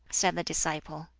said the disciple.